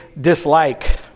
dislike